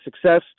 success